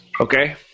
Okay